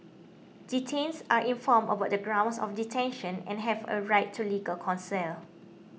detainees are informed about the grounds of detention and have a right to legal counsel